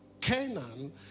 Canaan